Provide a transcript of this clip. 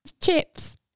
Chips